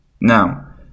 now